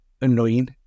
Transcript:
annoying